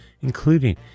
including